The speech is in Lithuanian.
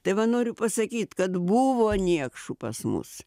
tai va noriu pasakyt kad buvo niekšų pas mus